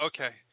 okay